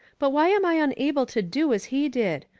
but why am i unable to do as he did?